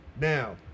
Now